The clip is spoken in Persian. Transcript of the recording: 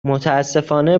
متاسفانه